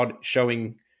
showing